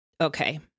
Okay